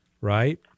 right